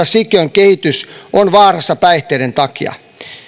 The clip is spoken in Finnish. sikiön kehitys on vaarassa päihteiden takia